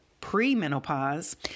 pre-menopause